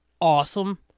awesome